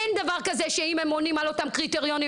אין דבר כזה שאם הם עונים על אותם קריטריונים,